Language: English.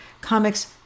comics